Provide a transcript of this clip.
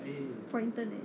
for intern eh